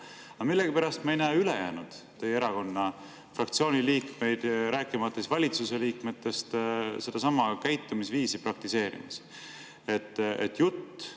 millegipärast ei näe me ülejäänud teie fraktsiooni liikmeid, rääkimata valitsuse liikmetest, sedasama käitumisviisi praktiseerimas, nii et jutt